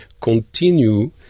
continue